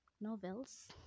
novels